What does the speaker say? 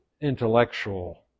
intellectual